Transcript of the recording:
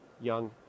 young